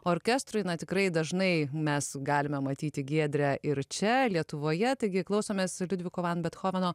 orkestrui na tikrai dažnai mes galime matyti giedrę ir čia lietuvoje taigi klausomės liudviko van bethoveno